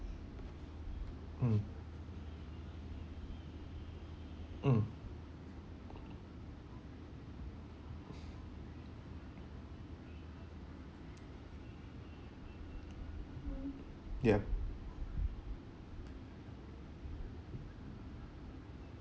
mm mm ya